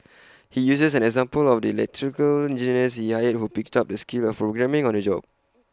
he uses an example of the electrical engineers he hired who picked up the skill of programming on the job